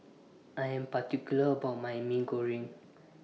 I Am particular about My Mee Goreng